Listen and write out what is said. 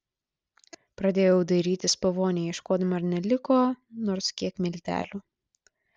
pradėjau dairytis po vonią ieškodama ar neliko nors kiek miltelių